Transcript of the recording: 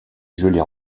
gelée